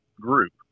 group